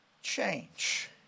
Change